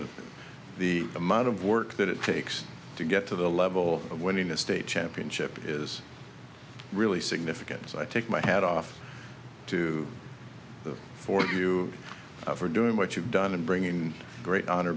that the amount of work that it takes to get to the level of winning the state championship is really significant so i take my hat off to the four of you for doing what you've done and bringing great hon